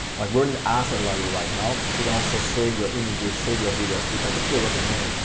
like we're in an asset library right now so you can also save your images, save your videos, which i typically recommend.